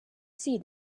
see